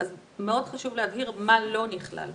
אני לא איש תכנון, אז מה ההתייחסות שלכם לדבר הזה?